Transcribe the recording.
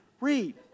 Read